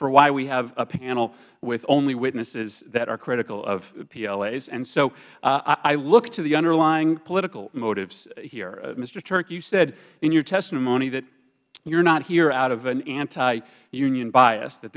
for why we have a panel with only witnesses that are critical of plas so i look to the underlying political motives here mr htuerk you said in your testimony that you are not here out of an antiunion bias that